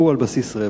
שהוא על בסיס רווח.